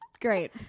Great